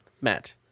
Matt